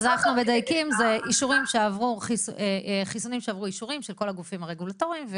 אז אנחנו מדייקים: אלה חיסונים שעברו אישורים של כל הגופים הרגולטוריים,